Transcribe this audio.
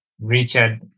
Richard